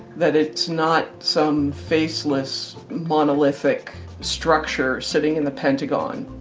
that it's not some faceless monolithic structure sitting in the pentagon.